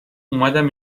اومدم